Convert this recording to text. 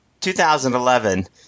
2011